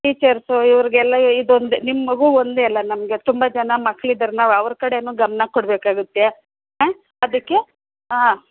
teachers ಇವ್ರಿಗೆಲ್ಲ ಇದೊಂದೇ ನಿಮ್ಮ ಮಗು ಒಂದೇ ಅಲ್ಲ ನಮಗೆ ತುಂಬ ಜನ ಮಕ್ಕಳಿದ್ದಾರೆ ನಾವು ಅವ್ರ ಕಡೆಯೂ ಗಮನ ಕೊಡಬೇಕಾಗುತ್ತೆ ಹಾಂ ಅದಕ್ಕೆ ಹಾಂ